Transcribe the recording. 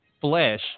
flesh